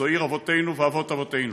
זו עיר אבותינו ואבות אבותינו,